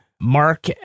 Mark